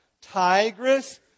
Tigris